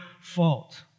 fault